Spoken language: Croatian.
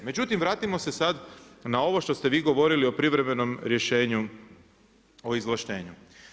Međutim, vratimo se sad na ovo što ste vi govorili o privremenom rješenju o izvlaštenju.